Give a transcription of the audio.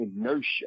inertia